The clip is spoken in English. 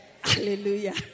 Hallelujah